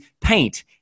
paint